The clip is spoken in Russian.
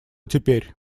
теперь